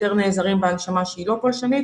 יותר נעזרים בהנשמה שהיא לא פולשנית